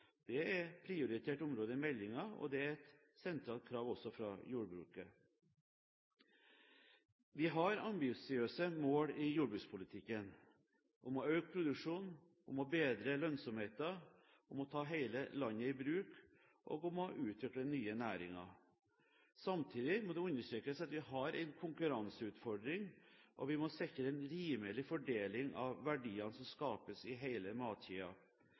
er et prioritert område i meldingen, og det er et sentralt krav også fra jordbruket. Vi har ambisiøse mål i jordbrukspolitikken – om å øke produksjonen, om å bedre lønnsomheten, om å ta hele landet i bruk, og om å utvikle den nye næringen. Samtidig må det understrekes at vi har en konkurranseutfordring, og vi må sikre en rimelig fordeling av verdiene som skapes i